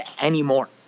anymore